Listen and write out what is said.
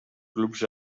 clubs